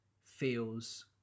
feels